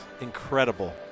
Incredible